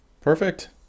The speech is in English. Perfect